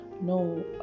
No